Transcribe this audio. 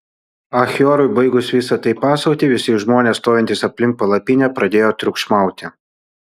achiorui baigus visa tai pasakoti visi žmonės stovintys aplink palapinę pradėjo triukšmauti